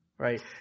Right